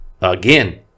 again